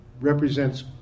represents